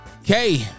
Okay